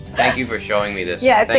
thank you for showing me this. yeah, but